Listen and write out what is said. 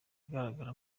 agaragara